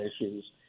issues